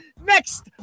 Next